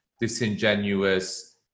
disingenuous